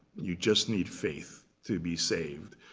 you just need faith to be saved.